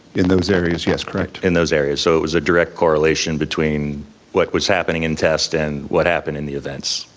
in those areas, yes, correct. in those areas, so it was a direct correlation between what was happening in test and what happened in the events.